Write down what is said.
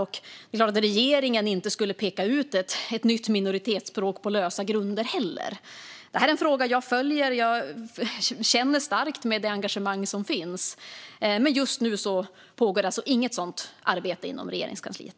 Och regeringen skulle såklart inte peka ut ett nytt minoritetsspråk på lösa grunder. Det här är en fråga jag följer. Jag känner starkt med det engagemang som finns. Men just nu pågår alltså inget sådant arbete inom Regeringskansliet.